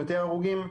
יותר הרוגים,